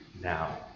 now